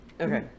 Okay